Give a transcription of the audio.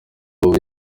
abura